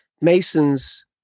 Masons